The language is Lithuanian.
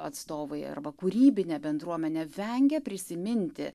atstovai arba kūrybinė bendruomenė vengia prisiminti